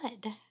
good